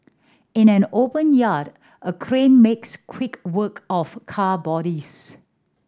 in an open yard a crane makes quick work of car bodies